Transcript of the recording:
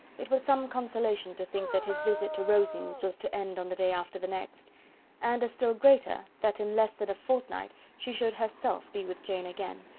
it was some consolation to think that his visit to rosings was to end on the day after the next and, a still greater, that in less than a fortnight she should herself be with jane again,